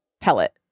pellet